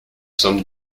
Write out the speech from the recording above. sommes